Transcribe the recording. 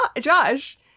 Josh